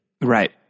Right